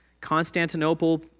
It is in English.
Constantinople